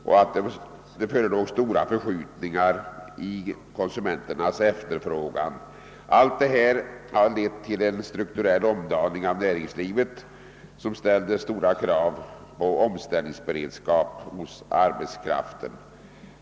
Vidare framhölls att stora förskjutningar skett: i konsumenternas efterfrågan. Allt detta har lett till en strukturell omdaning av näringslivet som ställer stora krav på omställningsberedskap hos "arbetskraften.